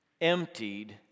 emptied